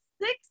six